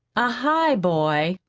a highboy?